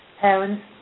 parents